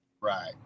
Right